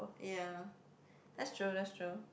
ya that's true that's true